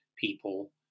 people